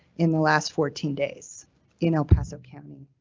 in the last fourteen days in el paso county,